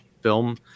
film